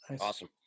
Awesome